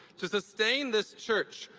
to sustain this church,